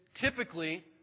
typically